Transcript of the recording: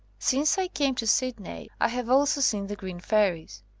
since i came to sydney, i have also seen the green fairies.